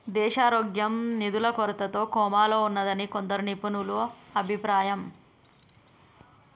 దేశారోగ్యం నిధుల కొరతతో కోమాలో ఉన్నాదని కొందరు నిపుణుల అభిప్రాయం